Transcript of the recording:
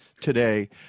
today